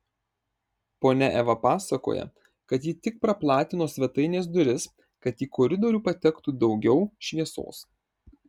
ponia eva pasakoja kad ji tik praplatino svetainės duris kad į koridorių patektų daugiau šviesos